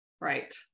Right